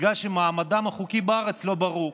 מכיוון שמעמדם החוקי בארץ לא ברור,